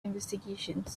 investigations